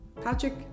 Patrick